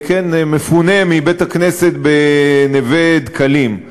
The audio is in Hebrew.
כן, מפונה מבית-הכנסת בנווה-דקלים.